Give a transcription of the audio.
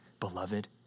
beloved